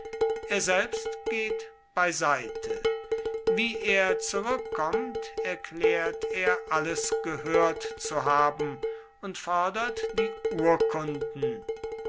er selbst geht beiseite wie er zurückkommt erklärt er alles gehört zu haben und fordert die urkunden